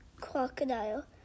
crocodile